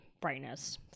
brightness